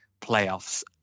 playoffs